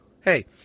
hey